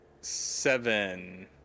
Seven